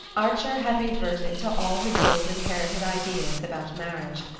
archer had reverted to all his old inherited ideas about marriage.